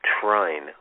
trine